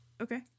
Okay